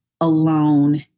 alone